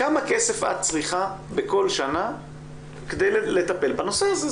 כמה כסף את צריכה בכל שנה כדי לטפל בנושא הזה?